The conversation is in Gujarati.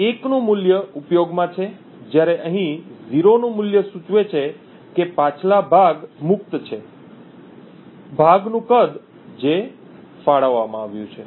1 નું મૂલ્ય ઉપયોગમાં છે જ્યારે અહીં 0 નું મૂલ્ય સૂચવે છે કે પાછલા ભાગ મુક્ત છે ભાગનું કદ જે ફાળવવામાં આવ્યું છે